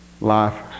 life